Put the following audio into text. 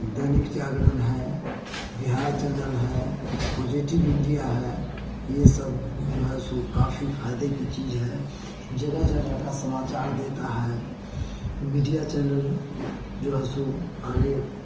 दैनिक जागरण है बिहार चैनल है positive India है यह सब जो है सो काफी फ़ायदे की चीज है जगह जगह का समाचार देता है मीडिया चैनल जो है सो आगे